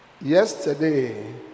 yesterday